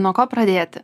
nuo ko pradėti